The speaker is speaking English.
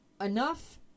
enough